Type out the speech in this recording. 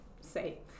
say